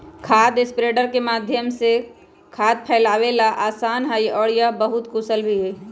खाद स्प्रेडर के माध्यम से खाद फैलावे ला आसान हई और यह बहुत कुशल भी हई